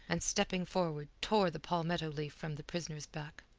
and stepping forward tore the palmetto leaf from the prisoner's back.